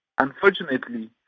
Unfortunately